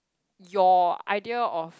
your idea of